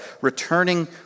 Returning